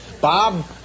Bob